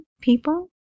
people